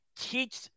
teach